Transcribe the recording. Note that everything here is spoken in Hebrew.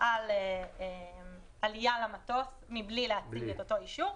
על עלייה למטוס מבלי להציג את אותו אישור.